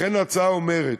לכן ההצעה אומרת,